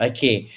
Okay